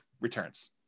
returns